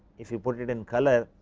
if you put it in color,